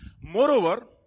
Moreover